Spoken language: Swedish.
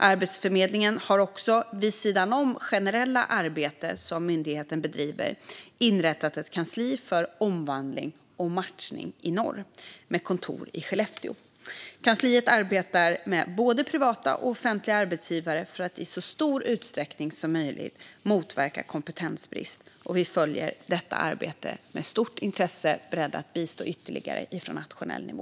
Arbetsförmedlingen har också, vid sidan om det generella arbete som myndigheten bedriver, inrättat ett kansli för omvandling och matchning i norr med kontor i Skellefteå. Kansliet arbetar med både privata och offentliga arbetsgivare för att i så stor utsträckning som möjligt motverka kompetensbrist. Vi följer detta arbete med stort intresse, beredda att bistå ytterligare från nationell nivå.